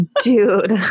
Dude